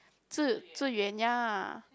Zi Zi-Yuan ya